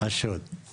מה